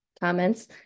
comments